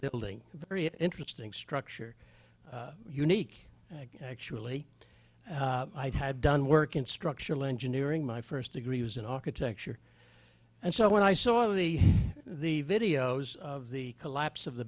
building a very interesting structure unique actually i'd had done work in structural engineering my first degree was in architecture and so when i saw the the videos of the collapse of the